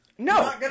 No